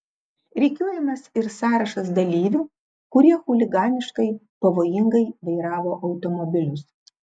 rikiuojamas ir sąrašas dalyvių kurie chuliganiškai pavojingai vairavo automobilius